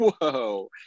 whoa